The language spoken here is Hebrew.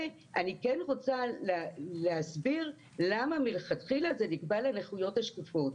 ואני כן רוצה להסביר למה מלכתחילה זה נקבע לנכויות שקופות.